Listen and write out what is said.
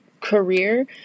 career